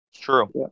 True